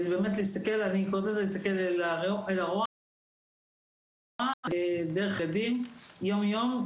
זה באמת להסתכל אל הרוע דרך הילדים יום-יום,